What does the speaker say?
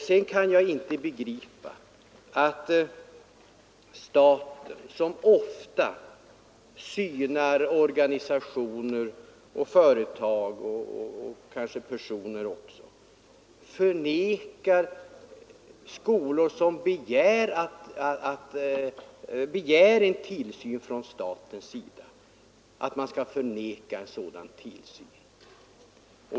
Sedan kan jag inte begripa att staten, som ofta synar organisationer och företag — och kanske också personer — vägrar tillsyn från statens sida när skolor begär en sådan tillsyn.